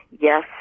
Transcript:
Yes